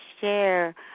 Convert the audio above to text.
share